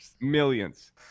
Millions